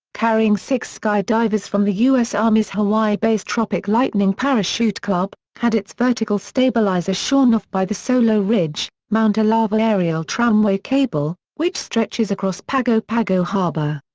carrying six skydivers from the u s. army's hawaii-based tropic lightning parachute club, had its vertical stabilizer shorn off by the solo ridge mount alava aerial tramway cable, which stretches across pago pago harbor.